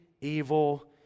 evil